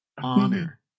honor